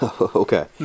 Okay